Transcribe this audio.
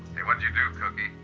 what did you do, cookie?